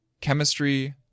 chemistry